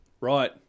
Right